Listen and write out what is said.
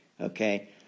okay